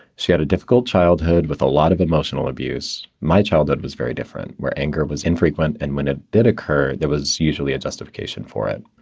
she had a difficult childhood with a lot of emotional abuse. my childhood was very different where anger was infrequent, and when it did occur, there was usually a justification for it.